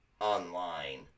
online